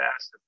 asked